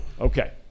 okay